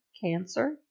cancer